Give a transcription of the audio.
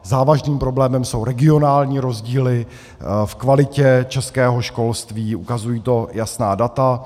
Závažným problémem jsou regionální rozdíly v kvalitě českého školství, ukazují to jasná data.